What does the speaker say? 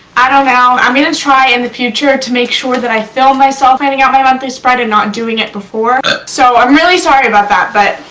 i don't know. i'm gonna try, in the future, to make sure that i film myself planning out my monthly spread and not doing it before. so i'm really sorry about that. but.